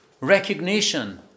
recognition